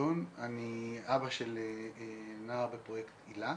אבא של נער בפרויקט היל"ה,